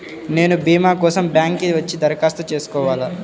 నేను భీమా కోసం బ్యాంక్కి వచ్చి దరఖాస్తు చేసుకోవాలా?